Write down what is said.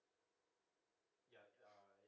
ya